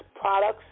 products